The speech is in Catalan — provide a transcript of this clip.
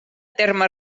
terme